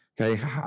Okay